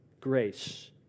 Grace